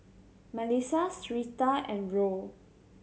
Malissa Syreeta and Roll